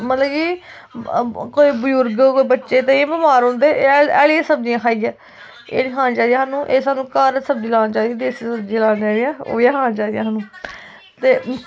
मतलब कि कोई बजुर्ग कोई बच्चे ताई बमार रौंह्दे हैलियां सब्जियां खाइयै एह् नी खानियां चाहिदियां सानू एह् सानू घर सब्जियां लानियां चाहिदियां जेह्ड़ियां लाई दियां उ'ऐ खानियां चाहिदियां सानू ते